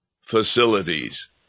facilities